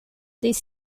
these